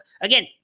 again